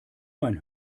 mein